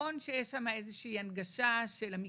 נכון שיש שם איזה הנגשה של המקלחות,